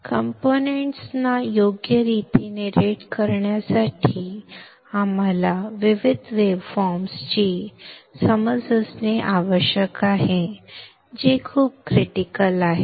components ना योग्य रीतीने रेट करण्यासाठी आम्हाला विविध वेव्हफॉर्म्स ची समज असणे आवश्यक आहे जे खूपच क्रिटिकल आहेत